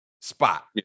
spot